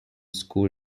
school